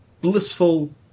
blissful